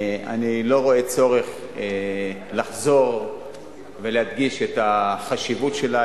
אני לא רואה צורך לחזור ולהדגיש את החשיבות שלה,